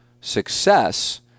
success